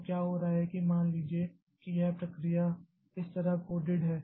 तो क्या हो रहा है कि मान लीजिए कि यह प्रक्रिया इस तरह कोडेड है